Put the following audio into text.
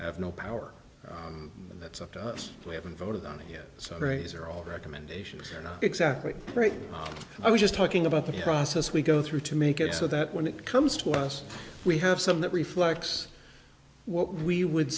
have no power that's up to us we haven't voted on it yet so fraser all recommendations are not exactly right i was just talking about the process we go through to make it so that when it comes to us we have some that reflects what we would